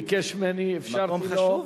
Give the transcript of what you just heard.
ביקש ממני, אפשרתי לו.